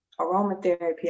aromatherapy